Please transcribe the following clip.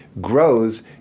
grows